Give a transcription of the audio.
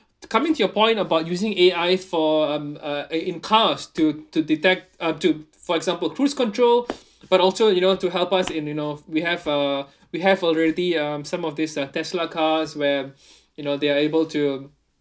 coming to your point about using A_I for um uh in in cars to to detect uh to for example cruise control but also you know to help us in you know we have uh we have already um some of these uh Tesla cars where you know they are able to